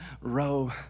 row